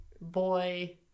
boy